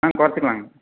ஆ குறைச்சிக்கலாங்க